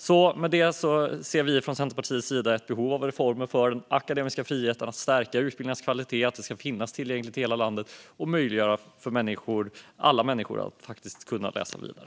Sammanfattningsvis ser vi från Centerpartiets sida ett behov av reformer för den akademiska friheten, för att stärka utbildningarnas kvalitet, för att utbildning ska finnas tillgänglig i hela landet och för att möjliggöra för alla människor att läsa vidare.